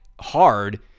hard